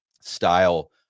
style